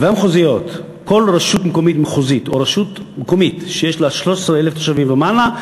כל רשות מחוזית או מקומית שיש בה 13,000 תושבים ומעלה,